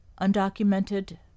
undocumented